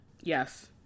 Yes